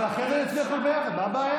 אבל אחרי זה אני אצביע על הכול ביחד, מה הבעיה?